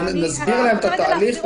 נסביר להם על התהליך,